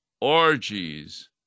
orgies